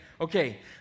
okay